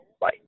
Bye